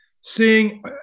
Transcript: seeing